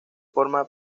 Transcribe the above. forma